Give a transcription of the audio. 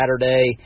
Saturday